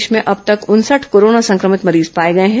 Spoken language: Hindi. प्रदेश में अब तक उनसठ कोरोना संक्रमित मरीज पाए गए हैं